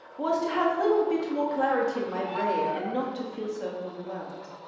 was to have a little bit more clarity in my brain and not to feel so overwhelmed.